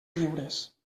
lliures